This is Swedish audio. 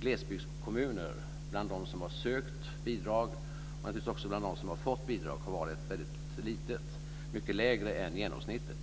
glesbygdskommuner bland dem som har sökt bidrag och naturligtvis också bland dem som fått bidrag har varit väldigt liten, mycket mindre än genomsnittet.